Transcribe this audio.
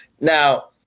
Now